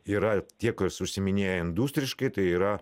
yra tie kas užsiiminėja industriškai tai yra